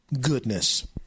Goodness